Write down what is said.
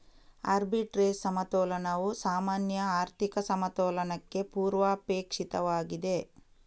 arbitrage ಸಮತೋಲನವು ಸಾಮಾನ್ಯ ಆರ್ಥಿಕ ಸಮತೋಲನಕ್ಕೆ ಪೂರ್ವಾಪೇಕ್ಷಿತವಾಗಿದೆ